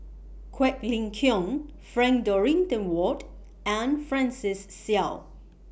Quek Ling Kiong Frank Dorrington Ward and Francis Seow